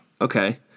Okay